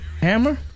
Hammer